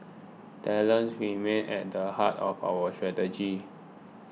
talent remains at the heart of our strategies